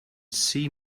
see